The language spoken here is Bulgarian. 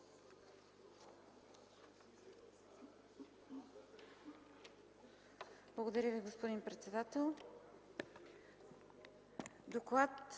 Благодаря Ви, господин председателю. В